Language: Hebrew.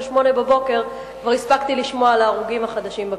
08:00 כבר הספקתי לשמוע על ההרוגים החדשים בכבישים.